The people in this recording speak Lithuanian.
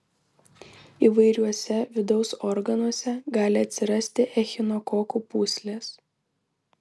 įvairiuose vidaus organuose gali atsirasti echinokokų pūslės